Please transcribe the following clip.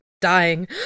dying